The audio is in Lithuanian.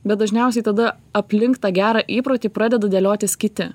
bet dažniausiai tada aplink tą gerą įprotį pradeda dėliotis kiti